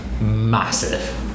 Massive